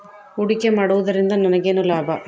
ಹೂಡಿಕೆ ಮಾಡುವುದರಿಂದ ನನಗೇನು ಲಾಭ?